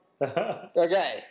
Okay